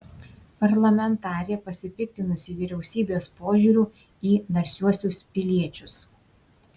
parlamentarė pasipiktinusi vyriausybės požiūriu į narsiuosius piliečius